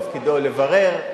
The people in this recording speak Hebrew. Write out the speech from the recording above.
תפקידו לברר.